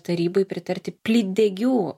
tarybai pritarti plytdegių